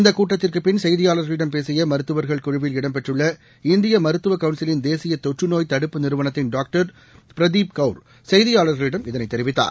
இந்த கூட்டத்திற்குப் பின் செய்தியாளா்களிடம் பேசிய மருத்துவா்கள் குழுவில் இடம்பெற்றுள்ள இந்திய மருத்துவக் கவுள்சிலின் தேசிய தொற்றுநோய் தடுப்பு நிறுவனத்தின் டாக்டர் பிரதீப் கௌர் செய்தியாளர்களிடம் இதனை தெரிவித்தார்